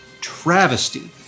travesty